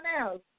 else